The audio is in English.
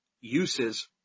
uses